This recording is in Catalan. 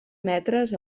metres